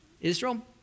Israel